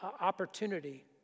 opportunity